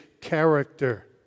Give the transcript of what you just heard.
character